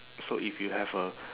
so if you have a